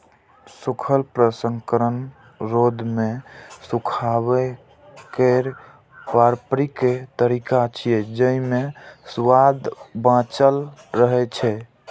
सूखल प्रसंस्करण रौद मे सुखाबै केर पारंपरिक तरीका छियै, जेइ मे सुआद बांचल रहै छै